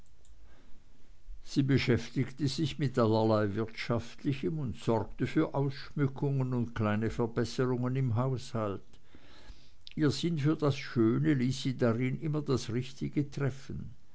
sie beschäftigte sich mit allerlei wirtschaftlichem und sorgte für ausschmückung und kleine verbesserungen im haushalt ihr sinn für das schöne ließ sie darin immer das richtige treffen